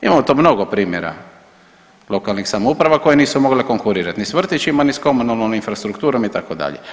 Imamo to mnogo primjera lokalnih samouprava koje nisu mogle konkurirati, ni s vrtićima ni s komunalnom infrastrukturom, itd.